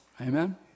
Amen